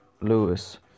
Lewis